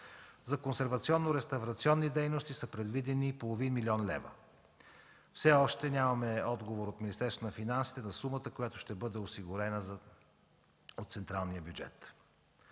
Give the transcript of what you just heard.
За консервационно-реставрационни дейности са предвидени половин милион лева. Все още нямаме отговор от Министерството на финансите за сумата, която ще бъде осигурена от централния бюджет.